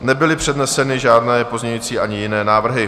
Nebyly předneseny žádné pozměňující ani jiné návrhy.